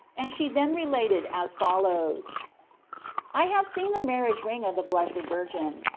and she then related as follows i have seen the marriage ring of the blessed virgin.